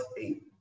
eight